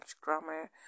grammar